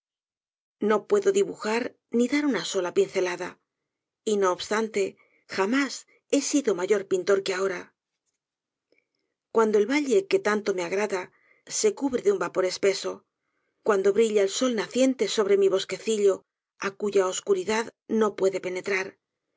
no puedo dibujar n dar una sola pincelada y no obstante jamás he sido mayor pintor que ahora cuando el valle que tanto me agrada se cubre de un vapor espeso cuando brilla el sol naciente sobre mi bosquecillo á cuya oscuridad no puede penetrar